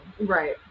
Right